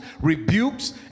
rebukes